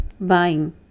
buying